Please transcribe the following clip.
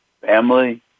Family